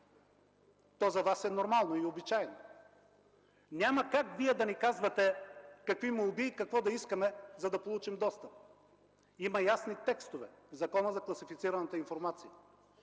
То за Вас е нормално и обичайно. Няма как Вие да ни казвате какви молби и какво да искаме, за да получим достъп. Има ясни текстове в Закона за класифицираната информация